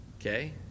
Okay